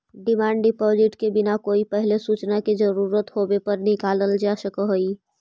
demand deposit के बिना कोई पहिले सूचना के जरूरत होवे पर निकालल जा सकऽ हई